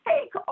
Take